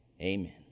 amen